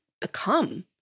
become